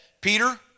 Peter